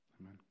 Amen